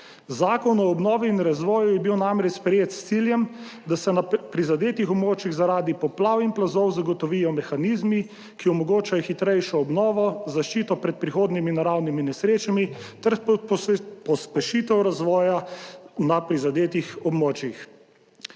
zakon o obnovi in razvoju je bil namreč sprejet s ciljem, da se na prizadetih območjih, zaradi poplav in plazov zagotovijo mehanizmi, ki omogočajo hitrejšo obnovo, zaščito pred prihodnjimi naravnimi nesrečami ter pospešitev razvoja na prizadetih območjih.